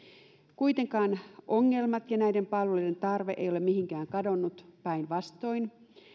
kuitenkaan ongelmat ja näiden palveluiden tarve eivät ole mihinkään kadonneet päinvastoin